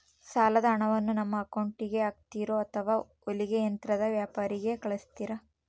ಸಾಲದ ಹಣವನ್ನು ನಮ್ಮ ಅಕೌಂಟಿಗೆ ಹಾಕ್ತಿರೋ ಅಥವಾ ಹೊಲಿಗೆ ಯಂತ್ರದ ವ್ಯಾಪಾರಿಗೆ ಕಳಿಸ್ತಿರಾ?